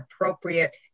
appropriate